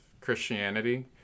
Christianity